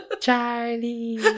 Charlie